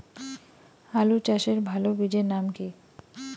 আলু চাষের ভালো বীজের নাম কি?